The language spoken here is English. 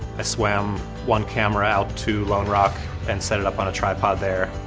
i swam one camera out to lone rock and set it up on a tripod there.